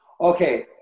Okay